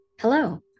Hello